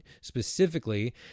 Specifically